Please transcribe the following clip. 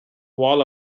wall